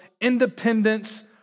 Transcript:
independence